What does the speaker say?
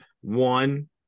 one